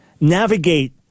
navigate